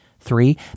three